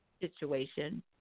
situation